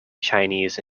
chinese